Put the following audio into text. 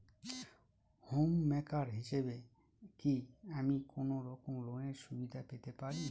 Home maker হিসেবে কি আমি কোনো রকম লোনের সুবিধা পেতে পারি?